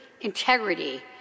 integrity